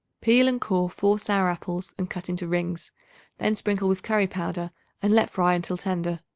peel and core four sour apples and cut into rings then sprinkle with curry-powder and let fry until tender.